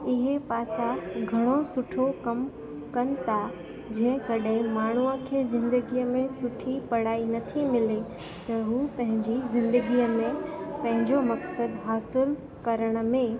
इहे पासा घणो सुठो कमु कन था जंहिं कॾहिं माण्हूअ खे ज़िंदगीअ में सुठी पढ़ाई नथी मिले त हू पंहिंजी ज़िंदगीअ में पंहिंजो मक़सदु हासिलु करण में